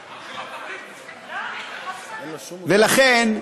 ולכן,